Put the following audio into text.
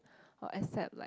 or accept like